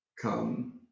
come